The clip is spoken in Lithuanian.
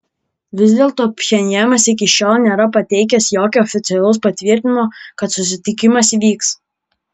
vis dėlto pchenjanas iki šiol nėra pateikęs jokio oficialaus patvirtinimo kad susitikimas įvyks